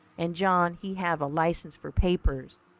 and john he have a license for papers,